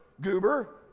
goober